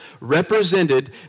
represented